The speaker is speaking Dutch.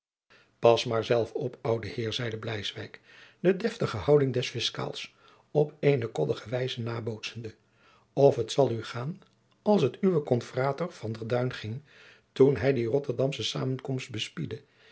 pas maar zelf op oude heer zeide bleiswyk de deftige houding des fiscaals op eene koddige wijze nabootzende of t zal u gaan als t uwen jacob van lennep de pleegzoon confrater van der duyn ging toen hij die rotterdamsche samenkomst